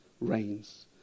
reigns